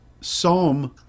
Psalm